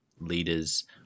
leaders